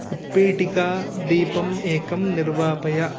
उत्पीठिका दीपम् एकं निर्वापय